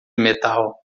metal